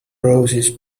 roses